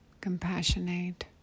compassionate